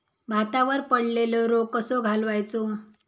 भातावर पडलेलो रोग कसो घालवायचो?